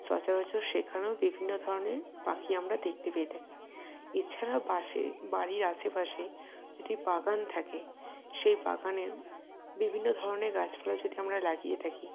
সচরাচর সেখানেও বিভিন্ন ধরনের পাখি আমরা দেখতে পেয়ে থাকি এছাড়াও বাসে বাড়ির আশেপাশে যদি বাগান থাকে সেই বাগানেও বিভিন্ন ধরনের গাছপালা যদি আমরা লাগিয়ে থাকি